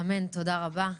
אמן, תודה רבה.